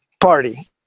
party